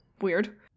Weird